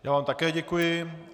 Já vám také děkuji.